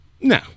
No